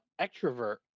extrovert